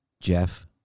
Jeff